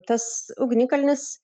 tas ugnikalnis